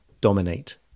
dominate